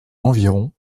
environ